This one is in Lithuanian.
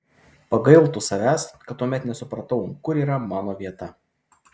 pagailtų savęs kad tuomet nesupratau kur yra mano vieta